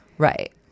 Right